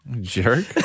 Jerk